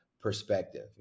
perspective